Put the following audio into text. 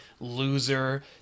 loser